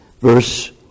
Verse